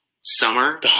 summer